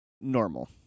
normal